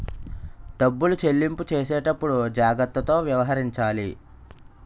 డబ్బులు చెల్లింపు చేసేటప్పుడు జాగ్రత్తతో వ్యవహరించాలి